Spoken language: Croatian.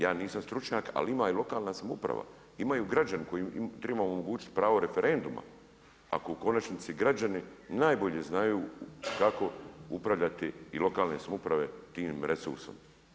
Ja nisam stručnjak ali ima i lokalna samouprava, imaju građani kojima treba omogućiti pravo referenduma, ako u konačnici građani najbolje znaju kako upravljati i lokalne samouprave tim resursom.